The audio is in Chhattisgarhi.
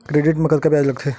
क्रेडिट मा कतका ब्याज लगथे?